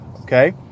okay